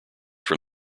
from